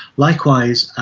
likewise,